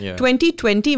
2020